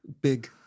big